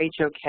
HOK